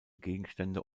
gegenstände